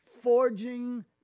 forging